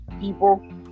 people